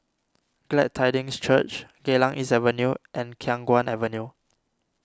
Glad Tidings Church Geylang East Avenue and Khiang Guan Avenue